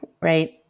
right